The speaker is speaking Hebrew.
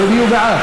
אז הם יהיו בעד.